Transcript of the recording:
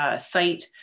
site